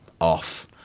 off